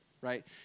right